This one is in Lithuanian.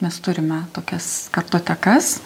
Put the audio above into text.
mes turime tokias kartotekas